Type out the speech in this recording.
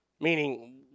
Meaning